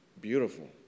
beautiful